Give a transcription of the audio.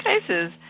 cases